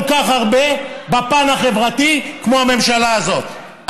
כך הרבה בפן החברתי כמו הממשלה הזאת.